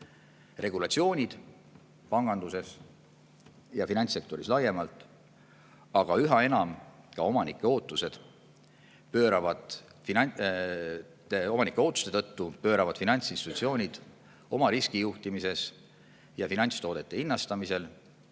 regulatsioonid panganduses ja finantssektoris laiemalt, aga üha enam ka omanike ootuste tõttu pööravad finantsinstitutsioonid oma riskijuhtimises ja finantstoodete hinnastamisel